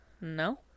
no